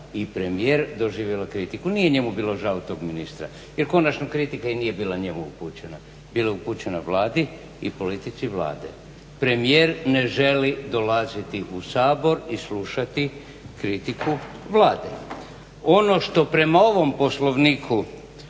i premijer doživjela kritiku. Nije njemu bilo žao tog ministra, jer konačno kritika i nije bila njemu upućena, bila je upućena Vladi i politici Vlade. Premijer ne želi dolaziti u Sabor i slušati kritiku Vlade. Ono što prema ovom Poslovniku